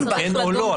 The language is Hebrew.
כן או לא,